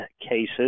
cases